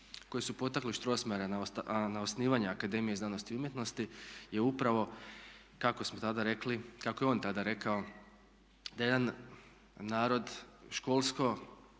osnivanje akademija na osnivanje Akademije znanosti i umjetnosti je upravo kako smo tada rekli, kako je on tada rekao da je jedan narod školsko